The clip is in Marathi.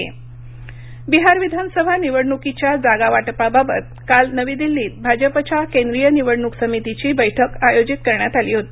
भाजप बैठक बिहार विधानसभा निवडणुकीच्या जागावाटपाबाबत काल नवी दिल्लीत भाजपच्या केंद्रीय निवडणूक समितीची बैठक आयोजित करण्यात आली होती